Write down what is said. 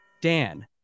Dan